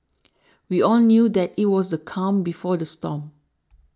we all knew that it was the calm before the storm